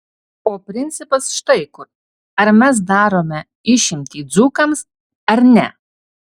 o principas štai kur ar mes darome išimtį dzūkams ar ne